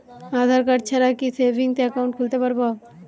আধারকার্ড ছাড়া কি savings account খুলতে পারব?